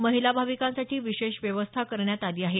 महिला भाविकांसाठी विशेष व्यवस्था करण्यात आली आहे